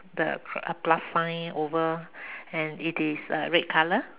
the cr~ plus sign over and it is a red color